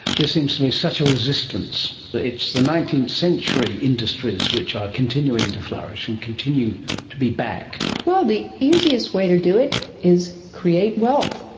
there seems to be such a resistance, it's the nineteenth century industries which are continuing to flourish and continue to be backed. well, the easiest way to do it is create wealth,